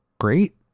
great